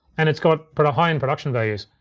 and it's got, but a high-end production values.